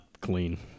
clean